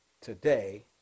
today